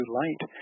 light